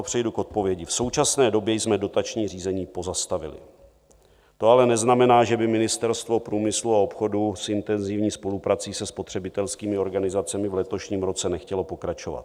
V současné době jsme dotační řízení pozastavili, to ale neznamená, že by Ministerstvo průmyslu a obchodu s intenzivní spoluprací se spotřebitelskými organizacemi v letošním roce nechtělo pokračovat.